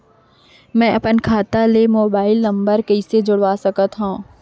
मैं अपन खाता ले मोबाइल नम्बर कइसे जोड़वा सकत हव?